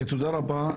תודה רבה.